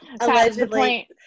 Allegedly